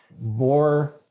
more